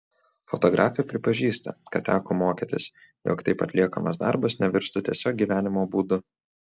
fotografė pripažįsta kad teko mokytis jog taip atliekamas darbas nevirstų tiesiog gyvenimo būdu